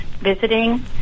visiting